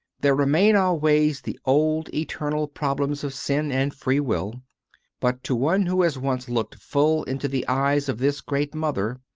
there remain always the old eternal problems of sin and free will but to one who has once looked full into the eyes of this great mother,